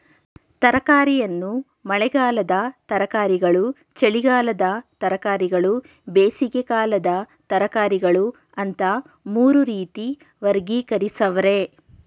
ತರಕಾರಿಯನ್ನು ಮಳೆಗಾಲದ ತರಕಾರಿಗಳು ಚಳಿಗಾಲದ ತರಕಾರಿಗಳು ಬೇಸಿಗೆಕಾಲದ ತರಕಾರಿಗಳು ಅಂತ ಮೂರು ರೀತಿ ವರ್ಗೀಕರಿಸವ್ರೆ